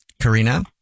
Karina